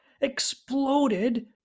exploded